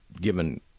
given